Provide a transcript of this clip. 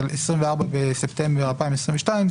24 בספטמבר 2022,